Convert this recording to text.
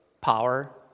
Power